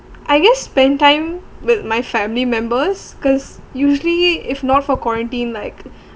I guess spend time with my family members cause usually if not for quarantine like